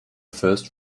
first